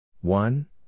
One